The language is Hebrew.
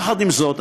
יחד עם זאת,